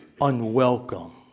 unwelcome